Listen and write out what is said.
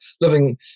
living